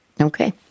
Okay